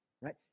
right